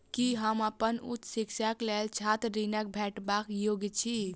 की हम अप्पन उच्च शिक्षाक लेल छात्र ऋणक भेटबाक योग्य छी?